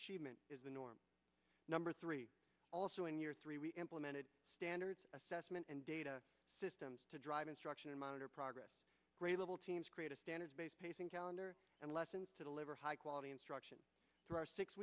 achievement is the norm number three also in year three we implemented standards assessment and data system to drive instruction and monitor progress grade level teams create a standards based pacing calendar and lessons to deliver high quality instruction through our six